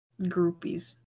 Groupies